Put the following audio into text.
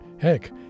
Heck